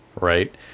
right